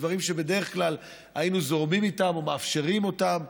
דברים שבדרך כלל היינו זורמים איתם או מאפשרים אותם.